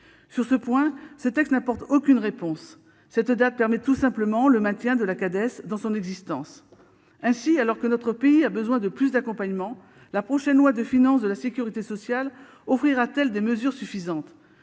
Sur ce point, ce texte n'apporte aucune réponse. Cette date permet tout simplement d'assurer le maintien de l'existence de la Cades. Ainsi, alors que notre pays a besoin de plus d'accompagnement, la prochaine loi de financement de la sécurité sociale offrira-t-elle des mesures suffisantes ?